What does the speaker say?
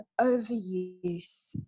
overuse